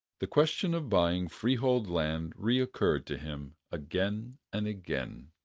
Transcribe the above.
the question of buying freehold land recurred to him again and again.